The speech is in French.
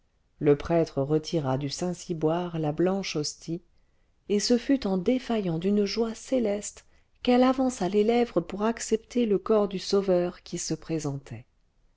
le prêtre retira du saint ciboire la blanche hostie et ce fut en défaillant d'une joie céleste qu'elle avança les lèvres pour accepter le corps du sauveur qui se présentait